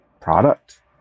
product